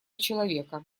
человека